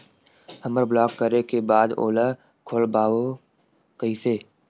हमर ब्लॉक करे के बाद ओला खोलवाबो कइसे?